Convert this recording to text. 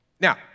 Now